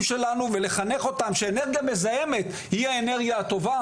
שלנו ולחנך אותם שאנרגיה מזהמת היא האנרגיה הטובה.